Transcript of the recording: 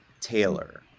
Taylor